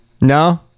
No